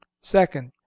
Second